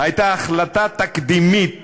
הייתה החלטה תקדימית